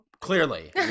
Clearly